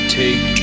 take